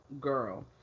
girl